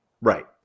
Right